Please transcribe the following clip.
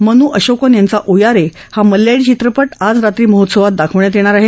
मन् अशोकन यांचा ऊयारे हा मल्ल्याळी चित्रपट आज रात्री महोत्सवात दाखवण्यात येणार आहे